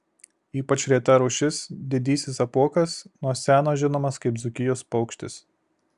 ypač reta rūšis didysis apuokas nuo seno žinomas kaip dzūkijos paukštis